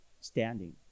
standing